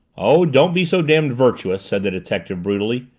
oh, don't be so damned virtuous! said the detective brutally.